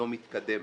לא מתקדם.